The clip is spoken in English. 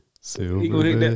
Silver